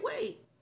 wait